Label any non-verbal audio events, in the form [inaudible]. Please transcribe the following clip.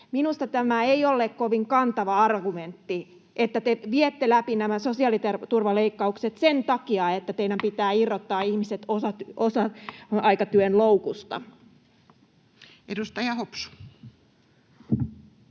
minusta tämä ei ole kovin kantava argumentti, että te viette läpi nämä sosiaaliturvaleikkaukset sen takia, että teidän pitää irrottaa ihmiset [noise] osa-aikatyön loukusta. Edustaja Hopsu.